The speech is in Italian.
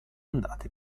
andate